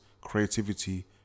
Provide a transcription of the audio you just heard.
creativity